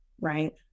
right